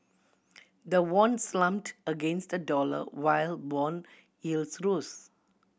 the won slumped against the dollar while bond yields rose